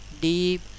deep